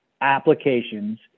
applications